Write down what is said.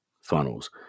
funnels